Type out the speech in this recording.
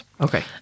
Okay